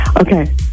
Okay